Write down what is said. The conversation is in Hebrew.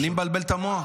אני מבלבל את המוח?